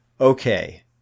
Okay